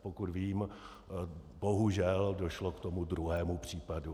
Pokud vím, bohužel došlo k tomu druhému případu.